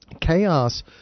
chaos